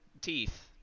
teeth